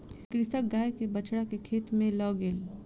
कृषक गाय के बछड़ा के खेत में लअ गेल